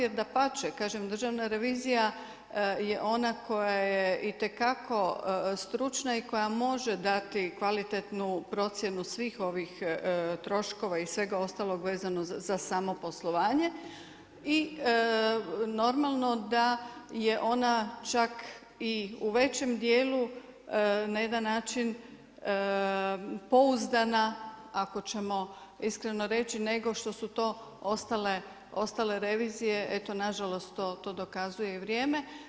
Jer dapače, kažem Državna revizija je ona koja je i te kako stručna i koja može dati kvalitetnu procjenu svih ovih troškova i svega ostalog vezano za samo poslovanje i normalno da je ona čak i većem dijelu na jedan način pouzdana ako ćemo iskreno reći nego što su to ostale revizije, evo na žalost to dokazuje i vrijeme.